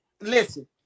Listen